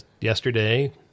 yesterday